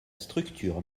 structure